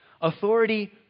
Authority